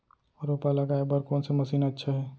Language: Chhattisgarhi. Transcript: रोपा लगाय बर कोन से मशीन अच्छा हे?